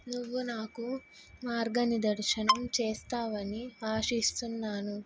నువ్వు నాకు మార్గ నిర్దేశం చేస్తావని భషిస్తున్నాను